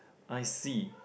I see